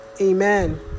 Amen